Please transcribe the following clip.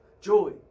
joy